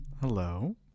Hello